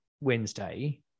Wednesday